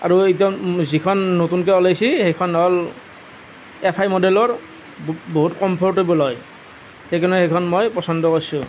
আৰু এতিয়া যিখন নতুনকৈ ওলাইছে সেইখন হ'ল এফ আই মডেলৰ ব বহুত কমফৰ্টেবল হয় সেইকাৰণে সেইখন মই পচন্দ কৰিছোঁ